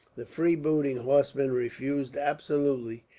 the free-booting horsemen refused, absolutely,